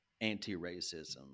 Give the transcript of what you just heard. anti-racism